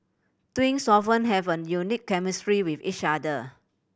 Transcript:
twins often have a unique chemistry with each other